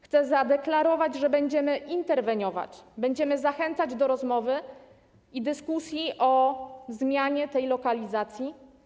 Chcę zadeklarować, że będziemy interweniować, będziemy zachęcać do rozmowy i dyskusji o zmianie lokalizacji.